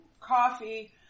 coffee